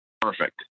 Perfect